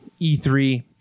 E3